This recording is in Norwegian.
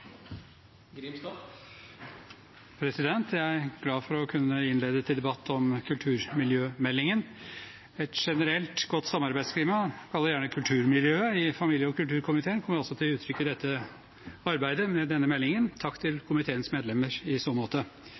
glad for å kunne innlede til debatt om kulturmiljømeldingen. Et generelt godt samarbeidsklima – kall det gjerne kulturmiljøet – i familie- og kulturkomiteen kommer også til uttrykk i arbeidet med denne meldingen. Takk til komiteens medlemmer i så måte.